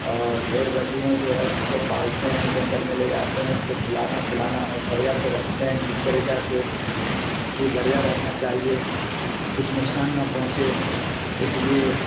اور بھیڑ بکریوں جو ہے ان کو پالتے ہیں جنگل میں لے جاتے ہیں ان کو کھلانا پلانا اور بڑھیا سے رکھتے ہیں جس طریقہ سے کہ بڑھیا رہنا چاہیے کچھ نقصان نہ پہنچے اس لیے